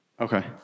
Okay